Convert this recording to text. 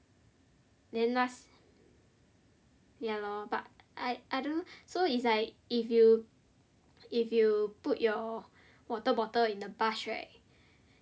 then last ya lor but I I don't know so it's like if you if you put your water bottle in the bus right